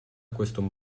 questo